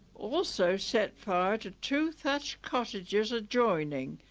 also set fire to two thatched cottages adjoining,